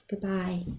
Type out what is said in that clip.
Goodbye